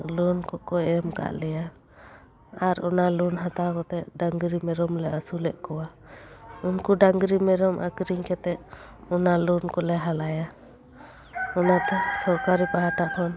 loan ᱠᱚᱠᱚ ᱮᱢ ᱠᱟᱫ ᱞᱮᱭᱟ ᱟᱨ ᱚᱱᱟ ᱞᱳᱱ ᱦᱟᱛᱟᱣ ᱠᱟᱛᱮᱫ ᱰᱟᱝᱨᱤ ᱢᱮᱨᱚᱢ ᱞᱮ ᱟᱥᱩᱞᱮᱫ ᱠᱚᱣᱟ ᱩᱝᱠᱩ ᱰᱟᱝᱨᱤ ᱢᱮᱨᱚᱢ ᱟᱠᱷᱨᱤᱧ ᱠᱟᱛᱮᱫ ᱚᱱᱟ ᱞᱳᱱ ᱠᱚᱞᱮ ᱦᱟᱞᱟᱭᱟ ᱚᱱᱟ ᱥᱚᱨᱠᱟᱨᱤ ᱯᱟᱦᱴᱟ ᱠᱷᱚᱱ